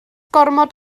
gormod